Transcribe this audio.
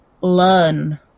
learn